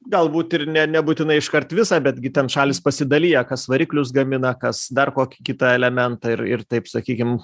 galbūt ir ne nebūtinai iškart visą betgi ten šalys pasidalija kas variklius gamina kas dar kokį kitą elementą ir ir taip sakykim